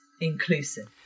inclusive